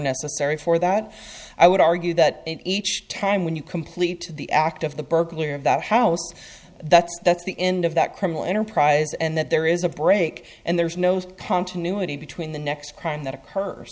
necessary for that i would argue that each time when you complete the act of the burglary of that house that's that's the end of that criminal enterprise and that there is a break and there's no continuity between the next crime that a curse